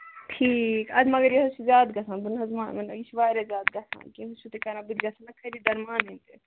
ٹھیٖک اَدٕ مَگر یہِ حظ چھُ زیادٕ گژھان بہٕ نہ حظ مانو نہٕ یہِ چھُ واریاہ زیادٕ گژھان تُہۍ حظ چھِ بیٚیہِ کران بٔتھِ گژھان نا خٔریٖدار مانٕنۍ